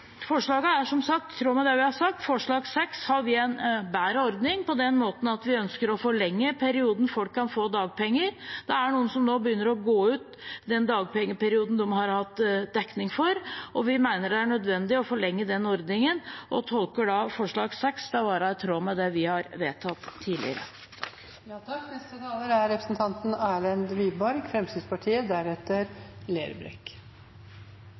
er, som sagt, i tråd med det vi har sagt. Når det gjelder forslag nr. 6, har vi en bedre ordning, på den måten at vi ønsker å forlenge perioden folk kan få dagpenger. Det er noen som nå begynner å gå ut den dagpengeperioden de har hatt dekning for. Vi mener det er nødvendig å forlenge den ordningen, og tolker forslag nr. 6 som å være i tråd med det vi har vedtatt